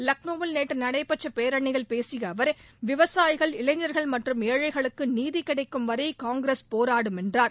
லக்னோவில் நேற்று நடைபெற்ற பேரணியில் பேசிய அவர் விவசாயிகள் இளைஞர்கள் மற்றும் ஏழைகளுக்கு நீதி கிடைக்கும் வரை காங்கிரஸ் போராடும் என்றார்